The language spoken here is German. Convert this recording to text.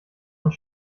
und